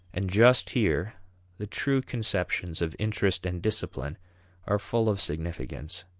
and just here the true conceptions of interest and discipline are full of significance.